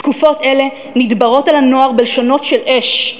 תקופות אלה נדברות על הנוער בלשונות של אש.